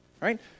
right